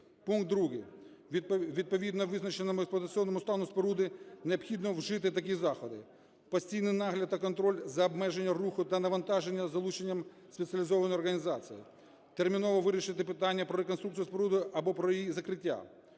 Пункт 2. Відповідно визначеному експлуатаційному стану споруди необхідно вжити такі заходи. Постійний нагляд та контроль за обмеженням руху та навантаження із залученням спеціалізованих організацій. Терміново вирішити питання про реконструкцію споруди або про її закриття.